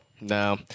no